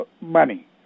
money